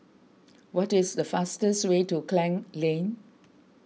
what is the fastest way to Klang Lane